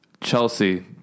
Chelsea